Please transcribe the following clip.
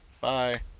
Bye